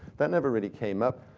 that never really came up.